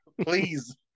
please